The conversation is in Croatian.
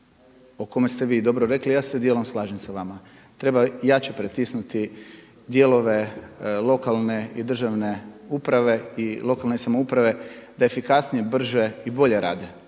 o kome ste vi dobro rekli, ja se dijelom slažem s vama. Treba jače pritisnuti dijelove lokalne i državne uprave i lokalne samouprave da efikasnije, brže i bolje rade.